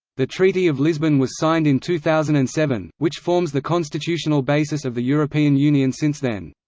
the treaty of lisbon was signed in two thousand and seven, which forms the constitutional basis of the european union since then.